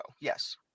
yes